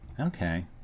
Okay